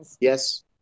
Yes